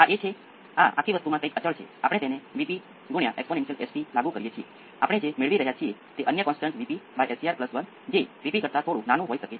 તેથી આ આખી વસ્તુને 2 × સંપૂર્ણ મૂલ્ય A 1 એક્સ્પોનેંસિયલ prt અને cos p i t A 1 ના ખૂણા તરીકે લખી શકાય છે